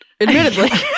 admittedly